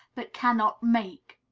but cannot make.